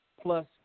plus